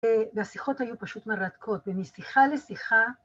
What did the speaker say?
‫והשיחות היו פשוט מרתקות, ‫ומשיחה לשיחה...